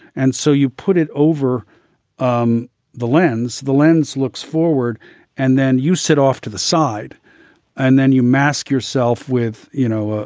and so you put it over um the lens. the lens looks forward and then you sit off to the side and then you mask yourself with, you know, ah